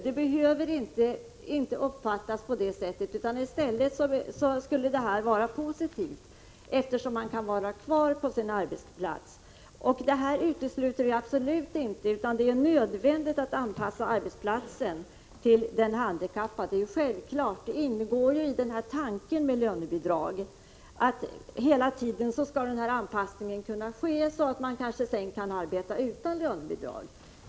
Det behöver inte uppfattas negativt. I stället borde det vara positivt, eftersom det innebär att man kan vara kvar på sin arbetsplats. Detta utesluter absolut inte att man anpassar arbetsplatsen till den handikappade — det är nödvändigt och självklart att man gör det. Det ingår ju i tanken om lönebidrag att en anpassning hela tiden skall ske så att vederbörande så småningom kanske skall kunna arbeta utan lönebidrag.